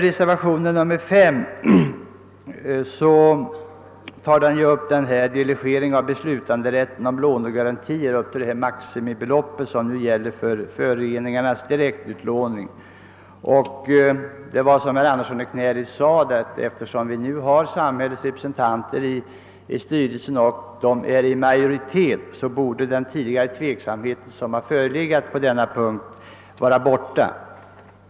I reservationen 5 berörs delegeringen av beslutanderätten om lånegarantier upp till det maximibelopp som nu gäller för föreningarnas direktutlåning. Som herr Andersson i Knäred nämnde har samhällets representanter nu majoritet i styrelserna, och därför borde den tveksamhet som tidigare har förelegat på denna punkt vara borta.